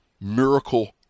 miracle